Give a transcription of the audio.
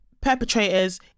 perpetrators